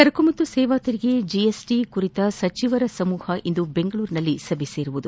ಸರಕು ಮತ್ತು ಸೇವಾ ತೆರಿಗೆ ಜಿಎಸ್ಟಿ ಕುರಿತ ಸಚಿವರ ಸಮೂಪ ಇಂದು ಬೆಂಗಳೂರಿನಲ್ಲಿ ಸಭೆ ಸೇರಲಿದೆ